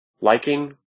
liking